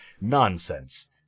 nonsense